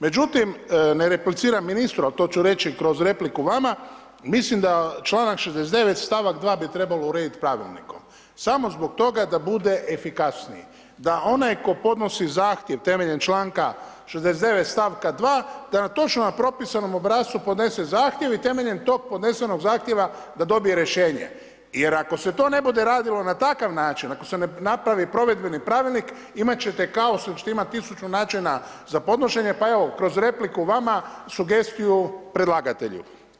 Međutim ne repliciram ministru, ali to ću reći kroz repliku vama, mislim da članak 69. stavak 2. bi trebalo urediti pravilnikom samo zbog toga da bude efikasniji, da onaj tko podnosi zahtjev temeljem članka 69. stavka 2. da na točno propisanom obrascu podnese zahtjev i temeljem tog podnesenog zahtjeva da dobije rješenje jer ako se to ne bude radilo na takav način, ako se ne napravi provedbeni pravilnik imat ćete kaos jel ćete imati tisuću načina za podnošenje, pa evo kroz repliku vama sugestiju predlagatelju.